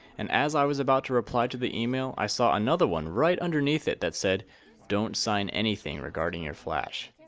and as i was about to reply to the e-mail, i saw another one right underneath it that said don't sign anything regarding your flash.